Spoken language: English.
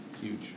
Huge